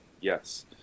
yes